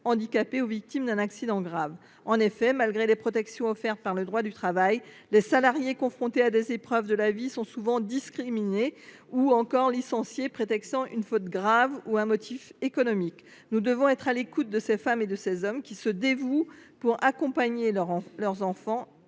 handicapé ou victime d’un accident grave. En effet, malgré les protections offertes par le droit du travail, les salariés confrontés à des épreuves de la vie sont souvent discriminés ou bien licenciés, sous prétexte d’une faute grave ou d’un motif économique. Nous devons être à l’écoute de ces femmes et de ces hommes qui se dévouent pour accompagner leurs enfants